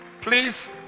Please